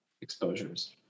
exposures